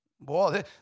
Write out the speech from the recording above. Boy